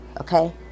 Okay